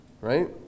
right